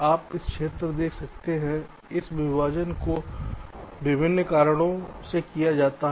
आप यह देख सकते हैं कि इस विभाजन को विभिन्न कारणों से किया जाता है